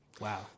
Wow